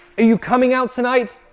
you coming out tonight?